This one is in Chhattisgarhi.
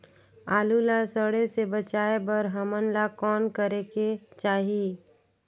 आलू ला सड़े से बचाये बर हमन ला कौन करेके चाही?